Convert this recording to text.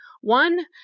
one